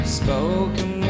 spoken